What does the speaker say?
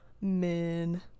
men